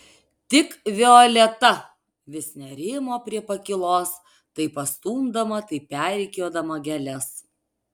tik violeta vis nerimo prie pakylos tai pastumdama tai perrikiuodama gėles